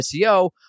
SEO